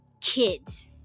kids